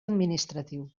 administratiu